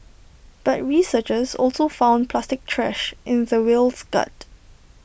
but researchers also found plastic trash in the whale's gut